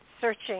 searching